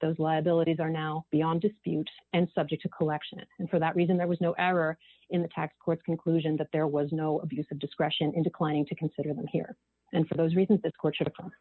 those liabilities are now beyond dispute and subject to collection and for that reason there was no error in the tax court's conclusion that there was no abuse of discretion in declining to consider them here and for those reasons